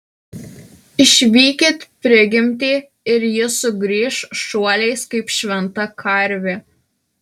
išvykit prigimtį ir ji sugrįš šuoliais kaip šventa karvė